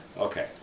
okay